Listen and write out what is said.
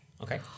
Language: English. Okay